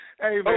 Hey